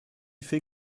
fait